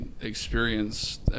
experience